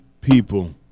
people